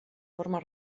forma